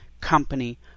company